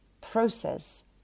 process